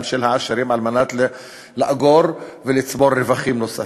של העשירים על מנת לאגור ולצבור רווחים נוספים,